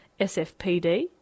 SFPD